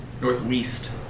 Northwest